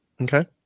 okay